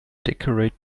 decorate